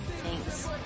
thanks